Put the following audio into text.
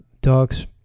dogs